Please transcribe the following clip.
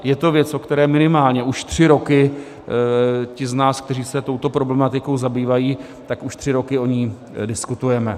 Je to věc, o které minimálně už tři roky ti z nás, kteří se touto problematikou zabývají, tak už tři roky o ní diskutujeme.